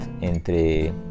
entre